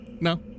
No